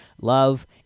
Love